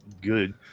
good